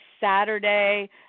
Saturday